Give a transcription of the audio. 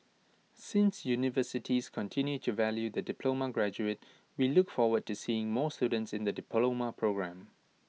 since universities continue to value the diploma graduate we look forward to seeing more students in the diploma programme